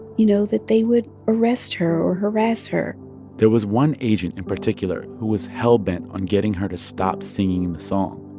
you know, that they would arrest her or harass her there was one agent in particular who was hell-bent on getting her to stop singing the song.